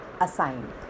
assigned